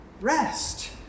rest